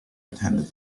attended